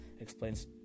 explains